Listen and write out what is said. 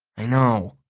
i know.